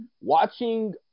Watching